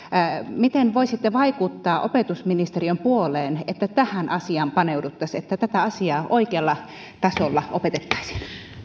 miten voisitte vaikuttaa opetusministeriön puoleen että tähän asiaan paneuduttaisiin että tätä asiaa oikealla tasolla opetettaisiin